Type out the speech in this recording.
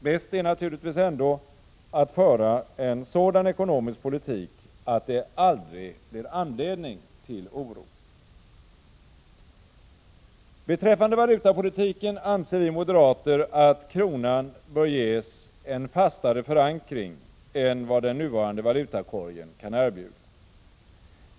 Bäst är naturligtvis ändå att föra en sådan ekonomisk politik att det aldrig blir anledning till oro. Beträffande valutapolitiken anser vi moderater att kronan bör ges en fastare förankring än vad den nuvarande valutakorgen kan erbjuda.